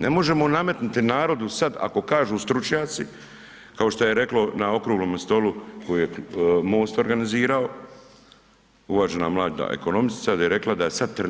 Ne možemo nametnuti narodu sad ako kažu stručnjaci kao što je reklo na okruglome stolu koji je MOST organizirao, uvažena mlada ekonomistica je rekla da je sad